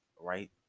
right